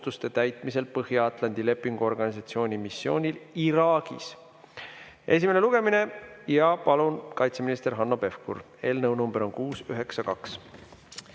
täitmisel Põhja-Atlandi Lepingu Organisatsiooni missioonil Iraagis" [eelnõu] esimene lugemine. Palun, kaitseminister Hanno Pevkur! Eelnõu number on 692.